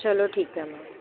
ਚਲੋ ਠੀਕ ਹੈ ਮੈਮ